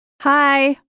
Hi